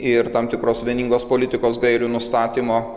ir tam tikros vieningos politikos gairių nustatymo